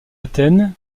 athènes